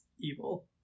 evil